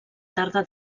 tarda